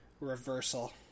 reversal